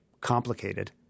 complicated